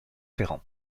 ferrand